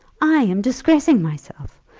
i am disgracing myself!